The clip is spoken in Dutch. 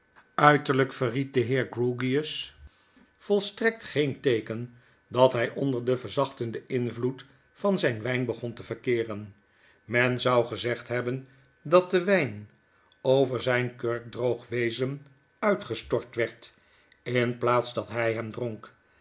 uiterlgk verried de heer grewgious volstrekt geen teeken dat hij onder den verzachtenden invloed van zijn wyn begon te verkeeren men zou gezegd hebben dat de wyn over zijn kurkdroog wezen uitgestort werd in plaats dat hij hem dronk